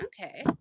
okay